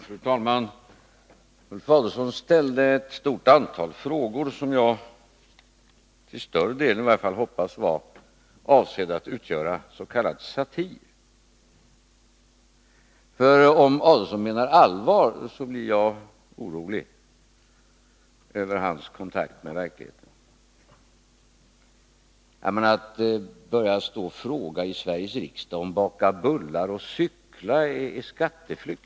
Fru talman! Ulf Adelsohn ställde ett stort antal frågor som jag i varje fall till större delen hoppas var avsedda att utgöra s.k. satir. Om Ulf Adelsohn menar allvar blir jag nämligen orolig över hans kontakt med verkligheten. Att börja fråga i Sveriges riksdag om det är skatteflykt att baka bullar och cykla!